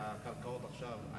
הקרקעות עכשיו,